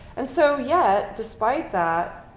and so yet, despite that,